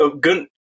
good